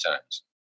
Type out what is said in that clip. times